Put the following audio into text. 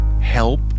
help